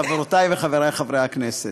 חברותי וחברי חברי הכנסת,